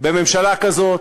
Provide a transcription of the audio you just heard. בממשלה כזאת,